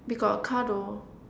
we got a car though